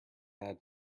add